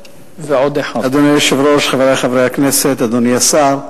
אדוני היושב-ראש, חברי חברי הכנסת, אדוני השר,